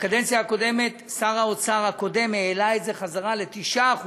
בקדנציה הקודמת שר האוצר הקודם העלה את זה חזרה ל-9%,